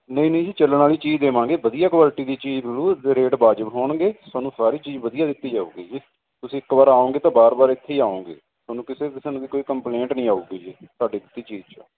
ਨਹੀਂ ਨਹੀਂ ਜੀ ਚੱਲਣ ਵਾਲੀ ਚੀਜ਼ ਦੇਵਾਂਗੇ ਵਧੀਆ ਕੁਆਲਿਟੀ ਦੀ ਚੀਜ਼ ਮਿਲੂ ਰੇਟ ਵਾਜਿਬ ਹੋਣਗੇ ਤੁਹਾਨੂੰ ਸਾਰੀ ਚੀਜ਼ ਵਧੀਆ ਦਿੱਤੀ ਜਾਊਗੀ ਜੀ ਤੁਸੀਂ ਇੱਕ ਵਾਰ ਆਓਗੇ ਤਾਂ ਬਾਰ ਬਾਰ ਇੱਥੇ ਹੀ ਆਓਗੇ ਤੁਹਾਨੂੰ ਕਿਸੇ ਕਿਸਮ ਦੀ ਕੋਈ ਕੰਪਲੇਂਟ ਨਹੀਂ ਆਉਗੀ ਜੀ ਸਾਡੇ ਕਿਸੀ ਚੀਜ਼ ਦੀ